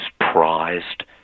prized